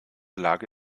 lage